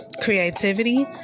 creativity